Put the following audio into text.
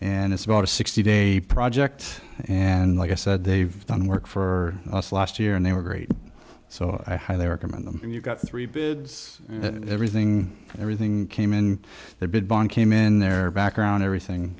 and it's about a sixty day project and like i said they've done work for us last year and they were great so i highly recommend them and you got three bids and everything and everything came in that big bomb came in their background everything